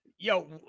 Yo